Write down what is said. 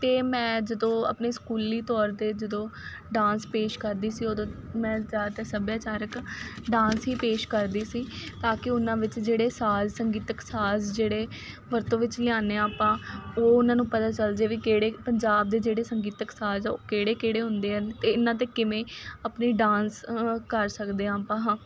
ਅਤੇ ਮੈਂ ਜਦੋਂ ਆਪਣੇ ਸਕੂਲੀ ਤੌਰ 'ਤੇ ਜਦੋਂ ਡਾਂਸ ਪੇਸ਼ ਕਰਦੀ ਸੀ ਉਦੋਂ ਮੈਂ ਜ਼ਿਆਦਾਤਰ ਸੱਭਿਆਚਾਰਕ ਡਾਂਸ ਹੀ ਪੇਸ਼ ਕਰਦੀ ਸੀ ਤਾਂ ਕਿ ਉਹਨਾਂ ਵਿੱਚ ਜਿਹੜੇ ਸਾਜ਼ ਸੰਗੀਤਕ ਸਾਜ਼ ਜਿਹੜੇ ਵਰਤੋਂ ਵਿੱਚ ਲਿਆਉਣੇ ਆਪਾਂ ਉਹ ਉਹਨਾਂ ਨੂੰ ਪਤਾ ਚੱਲ ਜਾਏ ਵੀ ਕਿਹੜੇ ਪੰਜਾਬ ਦੇ ਜਿਹੜੇ ਸੰਗੀਤਕ ਸਾਜ਼ ਆ ਉਹ ਕਿਹੜੇ ਕਿਹੜੇ ਹੁੰਦੇ ਹਨ ਅਤੇ ਇਹਨਾਂ 'ਤੇ ਕਿਵੇਂ ਆਪਣੀ ਡਾਂਸ ਕਰ ਸਕਦੇ ਹਾਂ ਆਪਾਂ